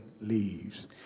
leaves